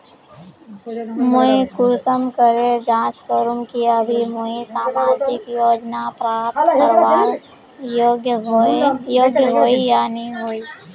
मुई कुंसम करे जाँच करूम की अभी मुई सामाजिक योजना प्राप्त करवार योग्य होई या नी होई?